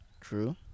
true